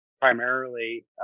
primarily